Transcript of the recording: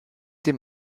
dem